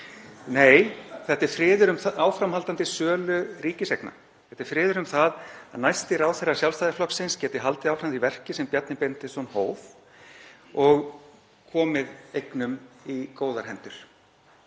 Nei, þetta er friður um áframhaldandi sölu ríkiseigna. Þetta er friður um það að næsti ráðherra Sjálfstæðisflokksins geti haldið áfram því verki sem Bjarni Benediktsson hóf og komið eignum í góðar hendur.